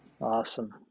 awesome